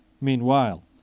Meanwhile